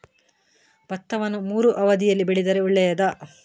ಭತ್ತವನ್ನು ಮೂರೂ ಅವಧಿಯಲ್ಲಿ ಬೆಳೆದರೆ ಒಳ್ಳೆಯದಾ?